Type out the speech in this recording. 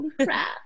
crap